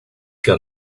got